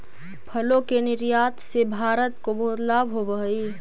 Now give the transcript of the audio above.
फलों के निर्यात से भारत को बहुत लाभ होवअ हई